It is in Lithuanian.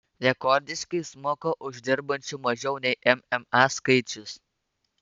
rekordiškai smuko uždirbančių mažiau nei mma skaičius